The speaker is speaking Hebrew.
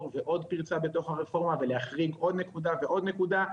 ועוד פרצה בתוך הרפורמה ולהחריג עוד נקודה ועוד נקודה,